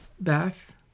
Beth